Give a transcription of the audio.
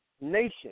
nation